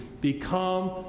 become